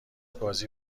بازی